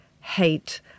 hate